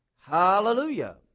Hallelujah